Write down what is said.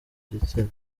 gitsina